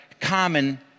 common